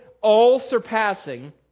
all-surpassing